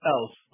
Else